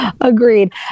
Agreed